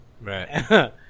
Right